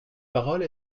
parole